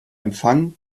empfang